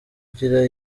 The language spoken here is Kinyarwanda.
ugira